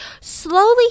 slowly